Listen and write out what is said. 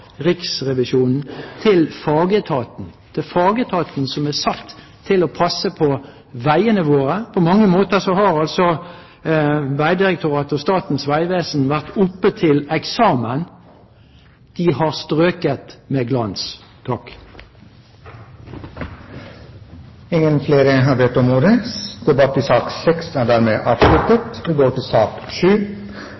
Riksrevisjonen er rettet til fagetaten. Det er fagetaten som er satt til å passe på veiene våre. På mange måter har altså Vegdirektoratet og Statens vegvesen vært oppe til eksamen. De har strøket med glans. Flere har ikke bedt om ordet til sak nr. 6. Situasjonen for norsk jernbane er